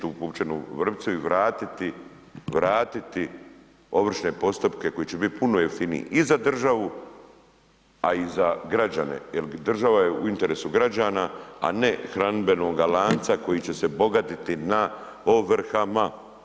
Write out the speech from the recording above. pupčanu vrpcu i vratiti ovršne postupke koji će biti puno jeftiniji i za državu, a i za građane jer država je u interesu građana, a ne hranidbenoga lanca koji će se bogatiti na ovrhama.